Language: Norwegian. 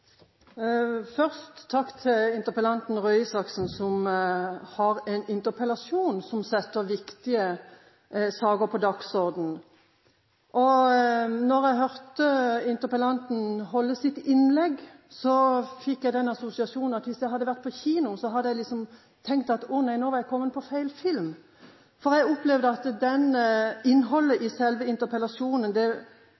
Først en takk til interpellanten Røe Isaksen som har en interpellasjon som setter viktige saker på dagsordenen. Da jeg hørte interpellanten holde sitt innlegg, fikk jeg en assosiasjon – hvis jeg hadde vært på kino: Nei, nå har jeg kommet på feil film. For jeg opplevde at